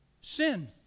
Sin